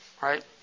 right